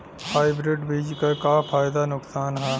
Hybrid बीज क का फायदा नुकसान ह?